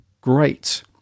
Great